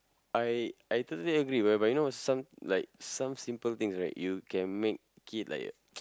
I I totally agree whereby you know some like some simple things right you can make it like